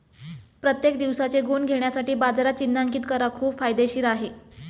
प्रत्येक दिवसाचे गुण घेण्यासाठी बाजारात चिन्हांकित करा खूप फायदेशीर आहे